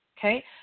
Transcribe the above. Okay